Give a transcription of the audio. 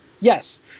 yes